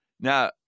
Now